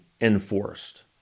enforced